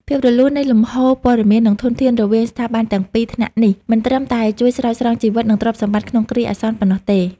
ភាពរលូននៃលំហូរព័ត៌មាន និងធនធានរវាងស្ថាប័នទាំងពីរថ្នាក់នេះ មិនត្រឹមតែជួយស្រោចស្រង់ជីវិត និងទ្រព្យសម្បត្តិក្នុងគ្រាអាសន្នប៉ុណ្ណោះទេ។